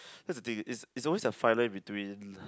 that's the thing it's it's always a fine line between